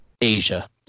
asia